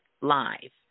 live